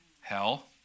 Hell